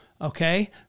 okay